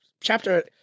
chapter